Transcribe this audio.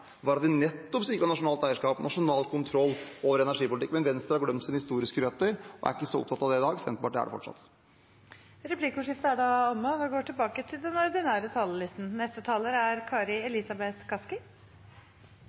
var ett parti rundt 1905, er at vi nettopp har sikret nasjonalt eierskap og nasjonal kontroll over energipolitikken. Men Venstre har glemt sine historiske røtter og er ikke så opptatt av det i dag. Senterpartiet er det fortsatt. Replikkordskiftet er omme. Det er godt å være tilbake. Jeg har nytt godt av velferdsstaten vår, og jeg er